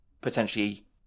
potentially